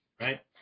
Right